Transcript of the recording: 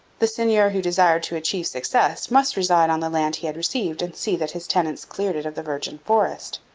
the seigneur who desired to achieve success must reside on the land he had received and see that his tenants cleared it of the virgin forest.